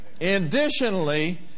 Additionally